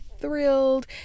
thrilled